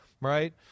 right